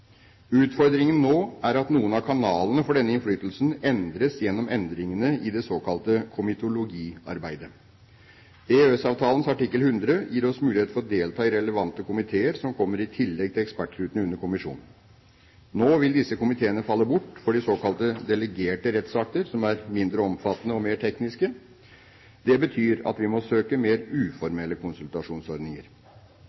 Utfordringen nå er at noen av kanalene for denne innflytelsen endres gjennom endringene i det såkalte komitologiarbeidet. EØS-avtalens artikkel 100 gir oss mulighet til å delta i relevante komiteer, som kommer i tillegg til ekspertgruppene under kommisjonen. Nå vil disse komiteene falle bort for såkalte delegerte rettsakter, som er mindre omfattende og mer tekniske. Det betyr at vi må søke mer